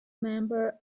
member